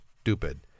stupid